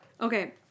Okay